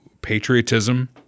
patriotism